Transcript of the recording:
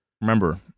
Remember